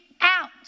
out